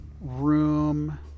room